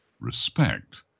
respect